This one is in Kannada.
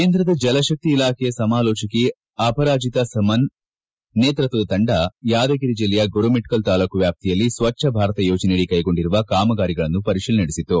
ಕೇಂದ್ರದ ಜಲಶಕ್ತಿ ಸಚಿವಾಲಯದ ಸಮಾಲೋಚಕಿ ಅಪರಾಜಿತಾ ಸುಮನ್ ನೇತೃತ್ವದ ತಂಡ ಯಾದಗಿರಿ ಜಿಲ್ಲೆಯ ಗುರುಮಿಟ್ನಲ್ ತಾಲ್ಲೂಕು ವ್ಯಾಪ್ತಿಯಲ್ಲಿ ಸ್ವಜ್ವ ಭಾರತ ಯೋಜನೆಯಡಿ ಕೈಗೊಂಡಿರುವ ಕಾಮಗಾರಿಗಳನ್ನು ಪರಿಶೀಲನೆ ನಡೆಸಿತು